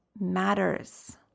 matters